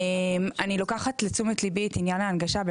אני לוקחת לתשומת ליבי את עניין ההנגשה,